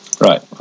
Right